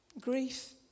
Grief